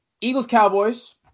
Eagles-Cowboys